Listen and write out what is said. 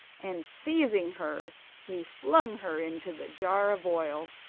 and seizing her he flung her into the jar of oil,